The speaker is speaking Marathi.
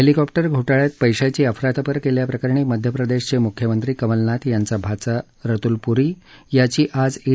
हेलिकॉप्टर घोटाळ्यात पैशाची अफरातफर केल्याप्रकरणी मध्यप्रदेशचे मुख्यमंत्री कमलनाथ यांचा भाचा रतुल प्री याची आज ई